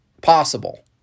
possible